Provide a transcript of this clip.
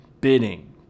bidding